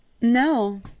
No